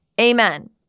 Amen